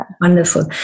Wonderful